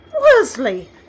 Worsley